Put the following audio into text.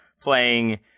playing